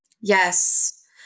Yes